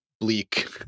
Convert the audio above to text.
bleak